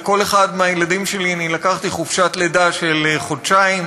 בלידת כל אחד מהילדים שלי אני לקחתי חופשת לידה של חודשיים,